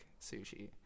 sushi